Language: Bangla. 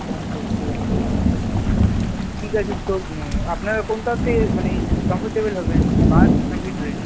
জন দশেক আচ্ছা ঠিক আছে তো আপনারা কোনটাতে মানে কমফর্টেবল হবেন বাস না কি ট্রেন